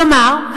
כלומר,